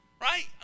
right